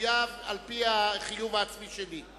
מחויב לשאול אותך, אני מחויב לפי החיוב העצמי שלי,